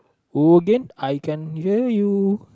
oh Again I can't hear you